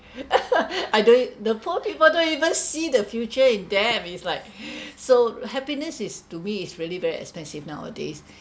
I do it the poor people don't even see the future in them is like so happiness is to me it's really very expensive nowadays